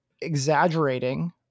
exaggerating